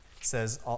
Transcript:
says